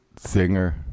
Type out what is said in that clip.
singer